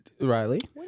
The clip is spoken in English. Riley